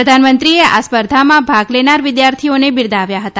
પ્રધાનમંત્રીએ આ સ્પર્ધામાં ભાગ લેનાર વિદ્યાર્થીઓને બિરદાવ્યા હતા